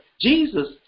Jesus